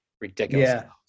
ridiculous